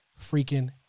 freaking